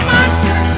Monster